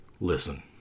Listen